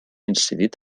incidit